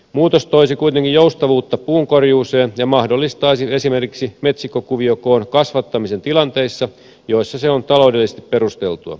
muutos toisi kuitenkin joustavuutta puun korjuuseen ja mahdollistaisi esimerkiksi metsikkökuviokoon kasvattamisen tilanteissa joissa se on taloudellisesti perusteltua